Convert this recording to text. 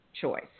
choice